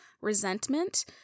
resentment